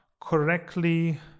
correctly